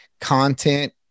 content